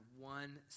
one